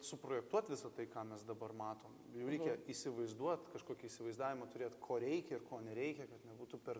suprojektuot visa tai ką mes dabar matom jau reikia įsivaizduot kažkokį įsivaizdavimą turėt ko reikia ir ko nereikia kad nebūtų per